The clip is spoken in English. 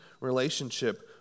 relationship